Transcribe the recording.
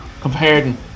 comparing